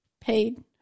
paid